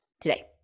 today